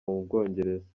mubwongereza